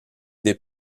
des